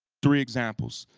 three examples.